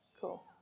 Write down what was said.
Cool